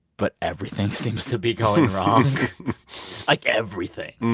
but everything seems to be going wrong like, everything.